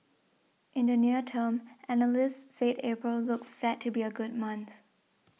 in the near term analysts said April looks set to be a good month